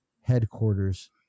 headquarters